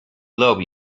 love